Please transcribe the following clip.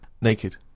Naked